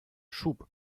schub